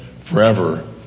forever